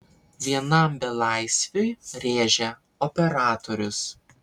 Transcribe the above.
vienam belaisviui rėžia operatorius